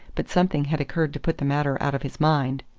but something had occurred to put the matter out of his mind.